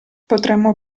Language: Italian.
potremmo